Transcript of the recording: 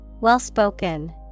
Well-spoken